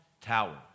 tower